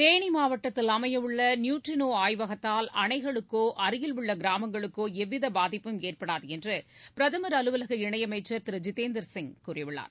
தேனிமாவட்டத்தில் அமையவுள்ள நியுட்ரினோஆய்வகத்தால் அணைகளுக்கோ அருகில் உள்ளகிராமங்களுக்கோஎவ்விதபாதிப்பும் ஏற்படாதுஎன்றுபிரதமர் அலுவலக இணையமைச்சர் திரு இத்தேந்தர் சிங் கூறியுள்ளார்